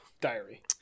Diary